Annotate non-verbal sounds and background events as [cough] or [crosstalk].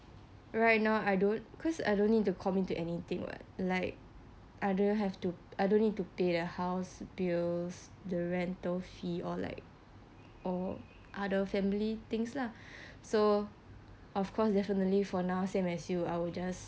right now I don't because I don't need to commit to anything [what] like I don't have to I don't need to pay the house bills the rental fee or like or other family things lah [breath] so of course definitely for now same as you I will just